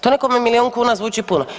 To nekome milijon kuna zvuči puno.